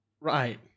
Right